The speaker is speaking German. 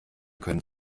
können